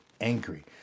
angry